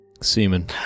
Semen